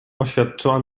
oświadczyła